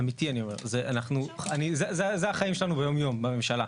אמיתי אני אומר, זה החיים שלנו ביום יום, בממשלה.